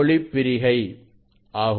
ஒளிப்பிரிகை ஆகும்